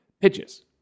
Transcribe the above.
pitches